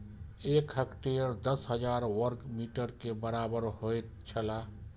एक हेक्टेयर दस हजार वर्ग मीटर के बराबर होयत छला